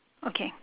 okay